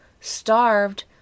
starved